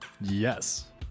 Yes